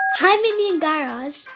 hi, mindy and guy raz.